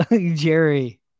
Jerry